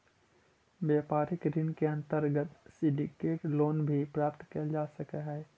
व्यापारिक ऋण के अंतर्गत सिंडिकेट लोन भी प्रदान कैल जा हई